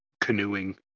canoeing